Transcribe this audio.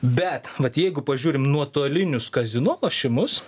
bet vat jeigu pažiūrim nuotolinius kazino lošimus